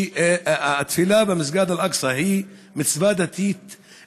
שהתפילה במסגד אל-אקצא היא מצווה דתית עבורו,